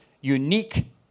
unique